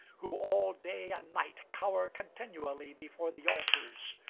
who all day and night cower continually before the altars,